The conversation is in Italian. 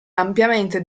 ampiamente